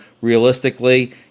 realistically